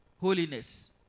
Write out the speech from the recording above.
Holiness